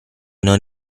non